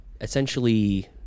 essentially